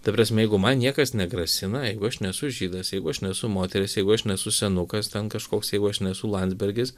ta prasme jeigu man niekas negrasina jeigu aš nesu žydas jeigu aš nesu moteris jeigu aš nesu senukas ten kažkoks jeigu aš nesu landsbergis